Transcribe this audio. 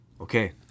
Okay